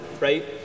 right